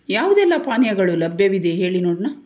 ಯಾವುದೆಲ್ಲ ಪಾನೀಯಗಳು ಲಭ್ಯವಿದೆ ಹೇಳಿ ನೋಡೋಣ